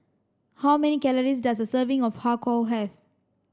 how many calories does a serving of har kow have